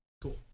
cool